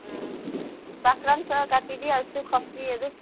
बाख्रा पनि छ काटिदिइहाल्छु खसीहरू